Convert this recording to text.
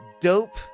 dope